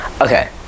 Okay